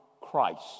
Christ